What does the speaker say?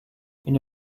une